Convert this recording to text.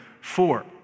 four